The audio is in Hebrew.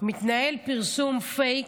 מתנהל פרסום פייק,